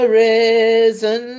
risen